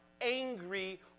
angry